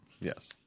Yes